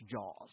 Jaws